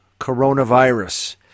coronavirus